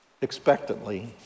expectantly